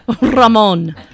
Ramon